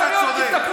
לא האירוע הקטן